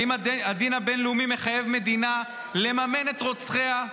האם הדין הבין-לאומי מחייב מדינה לממן את רוצחיה?